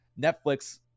Netflix